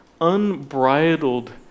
unbridled